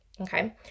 okay